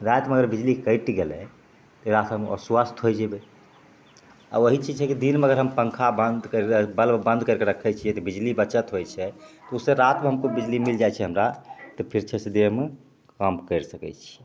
रातिमे अगर बिजली कैटि गेलै एकरासे अस्वस्थ होइ जैबै आओर आ ओहि चीज छै कि दिनमे अगर पँखा बन्द कैरके बल्ब बन्द कैरिके रखै छियै तऽ बिजली बचत होइ छै तऽ से रातिमे हमको बिजली मिल जाइ छै हमरा तऽ फिर छै से दिनमे काम कैर सकै छियै